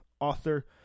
author